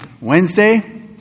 Wednesday